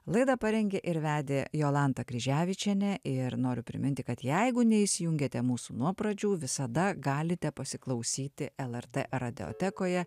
laidą parengė ir vedė jolanta kryževičienė ir noriu priminti kad jeigu neįsijungėte mūsų nuo pradžių visada galite pasiklausyti lrt radiotekoje